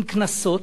עם קנסות,